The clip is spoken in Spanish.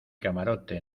camarote